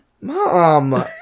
Mom